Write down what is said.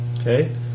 Okay